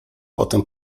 potem